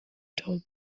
told